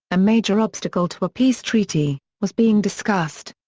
a major obstacle to a peace treaty, was being discussed.